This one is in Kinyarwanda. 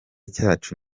cyacu